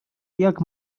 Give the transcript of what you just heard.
jak